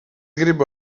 gribu